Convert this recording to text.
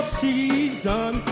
season